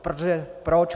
Protože proč?